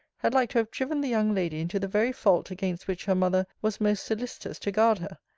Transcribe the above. had like to have driven the young lady into the very fault against which her mother was most solicitous to guard her.